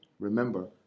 Remember